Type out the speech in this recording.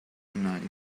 tonight